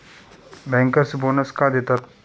Bankers bonus का देतात?